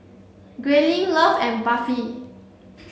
Grayling Love and Buffy